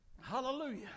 Hallelujah